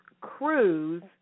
Cruise